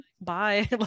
bye